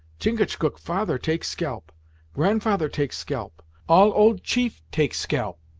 chingachgook father take scalp grandfather take scalp all old chief take scalp,